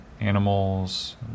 animals